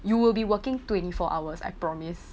you will be working twenty four hours I promise